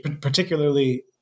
particularly